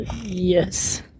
Yes